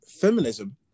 feminism